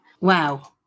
Wow